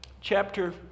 chapter